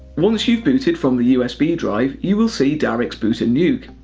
once you've booted from the usb drive, you will see darik's boot and nuke.